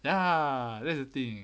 ya that's the thing